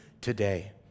today